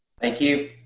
thank you.